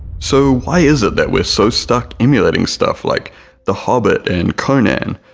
so why is it that we're so stuck emulating stuff like the hobbit and conan?